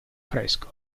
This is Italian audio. fresco